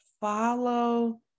follow